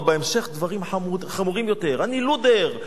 ובהמשך דברים חמורים יותר: "אני לודר",